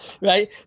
Right